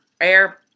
Air